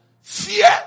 fear